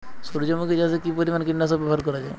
সূর্যমুখি চাষে কি পরিমান কীটনাশক ব্যবহার করা যায়?